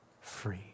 free